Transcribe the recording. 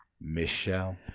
Michelle